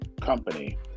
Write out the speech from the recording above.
company